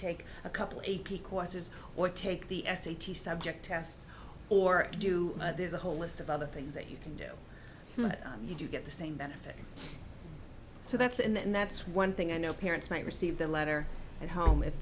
take a couple a p courses or take the s a t s subject test or do there's a whole list of other things that you can do but you do get the same benefit so that's and that's one thing i know parents might receive the letter at home if